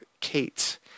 Kate